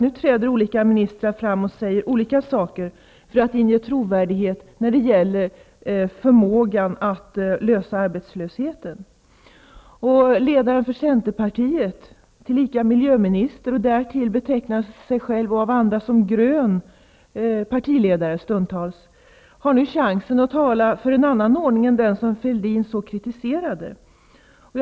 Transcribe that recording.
Nu träder olika ministrar fram och säger olika saker för att inge trovärdighet när det gäller förmågan att lösa arbetslösheten. Ledaren för Centerpartiet tillika miljöminister som därtill av sig själv och andra stundtals betecknas som grön partiledare, har nu chansen att tala för en annan ordning än den som Fälldin kritiserade så.